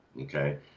okay